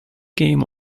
game